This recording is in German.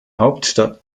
hauptstadt